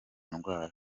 ndwara